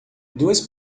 duas